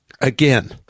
Again